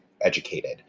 educated